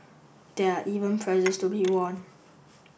there are even prizes to be won